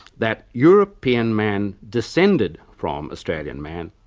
that european man descended from australian man,